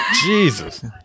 Jesus